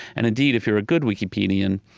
and indeed, if you're a good wikipedian,